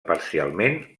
parcialment